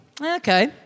Okay